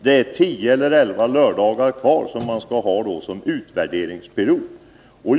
Det är tio eller elva lördagar kvar att ha som utvärderingsgrund.